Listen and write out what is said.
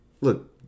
look